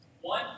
One